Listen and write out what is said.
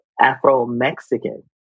Afro-Mexican